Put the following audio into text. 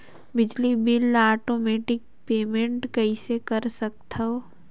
बिजली बिल ल automatic payment कइसे कर सकथव?